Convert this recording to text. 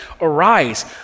arise